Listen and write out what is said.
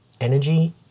energy